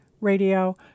radio